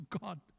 God